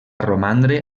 romandre